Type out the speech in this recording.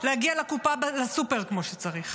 להגיע לקופה בסופר כמו שצריך,